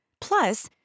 Plus